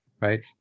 Right